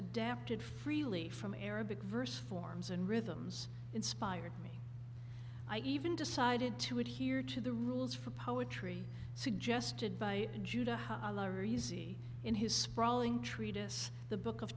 adapted freely from arabic verse forms and rhythms inspired me i even decided to adhere to the rules for poetry suggested by judah how easy in his sprawling treatise the book of